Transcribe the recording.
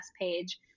page